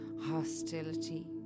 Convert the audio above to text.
hostility